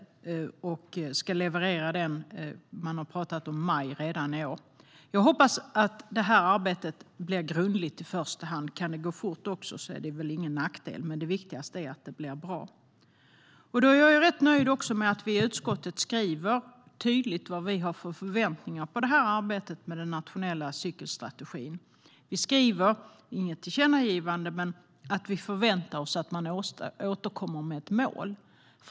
Man har talat om att man ska leverera den redan i maj i år. Jag hoppas att arbetet i första hand blir grundligt. Kan det också gå fort är det väl ingen nackdel. Men det viktigaste är att det blir bra. Jag är också rätt nöjd med att vi i utskottet tydligt skriver vad vi har för förväntningar på arbetet med den nationella cykelstrategin. Vi ger inget tillkännagivande men skriver att vi förväntar oss att man återkommer med ett mål.